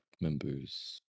members